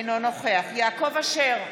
אינו נוכח יעקב אשר,